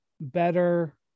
better